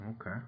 okay